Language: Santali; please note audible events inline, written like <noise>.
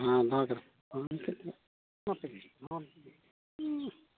<unintelligible>